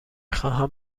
خواهم